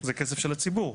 זה כסף של הציבור,